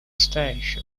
station